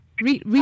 read